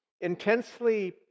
intensely